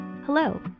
Hello